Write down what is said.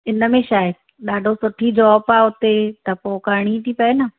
इनमें छा आहे ॾाढो सुठी जॉब आहे उते त पोइ करिणी थी पए न